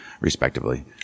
respectively